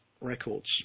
Records